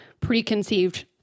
preconceived